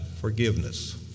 forgiveness